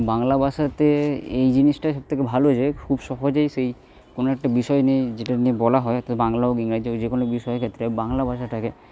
বাংলা ভাষাতে এই জিনিসটাই সবথেকে ভালো যে খুব সহজেই সেই কোনও একটা বিষয় নিয়ে যেটা নিয়ে বলা হয় বাংলা হোক ইংরাজি হোক যে কোনও বিষয়ের ক্ষেত্রে বাংলা ভাষাটাকে